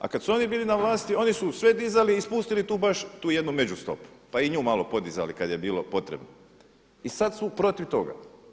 A kada su oni bili na vlasti oni su sve dizali i spustili tu baš, tu jednu međustopu pa i nju malo podizali kada je bilo potrebno i sada su protiv toga.